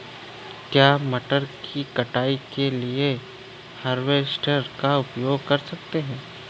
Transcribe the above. क्या मटर की कटाई के लिए हार्वेस्टर का उपयोग कर सकते हैं?